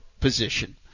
position